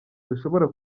dushobora